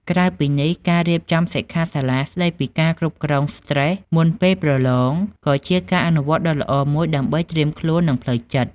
ក្រៅពីនេះ ការរៀបចំសិក្ខាសាលាស្ដីពីការគ្រប់គ្រងស្ត្រេសមុនពេលប្រឡងក៏ជាការអនុវត្តដ៏ល្អមួយដើម្បីត្រៀមខ្លួន និងផ្លូវចិត្ត។